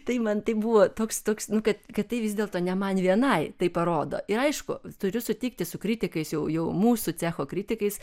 tai man tai buvo toks toks nu kad kad tai vis dėlto ne man vienai tai parodo ir aišku turiu sutikti su kritikais jau jau mūsų cecho kritikais